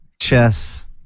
chess